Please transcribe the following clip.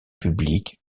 publique